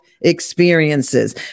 experiences